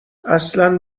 اصلن